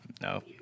no